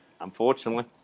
Unfortunately